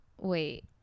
wait